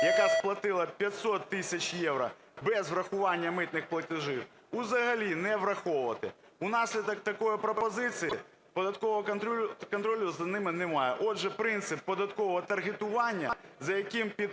яка сплатила 500 тисяч євро без врахування митних платежів, узагалі не враховувати. Внаслідок такої пропозиції податкового контролю за ними немає. Отже, принцип податкового таргетування, за яким під